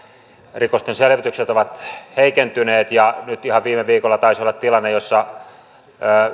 rikosten selvitykset ovat heikentyneet ja nyt ihan viime viikolla taisi olla tilanne jossa